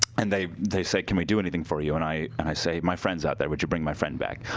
and they they said can we do anything for you? and i and i say, my friend's out there, would you bring my friend back?